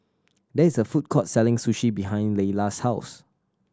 there is a food court selling Sushi behind Layla's house